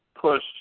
push